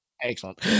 Excellent